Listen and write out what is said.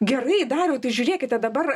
gerai dariau tai žiūrėkite dabar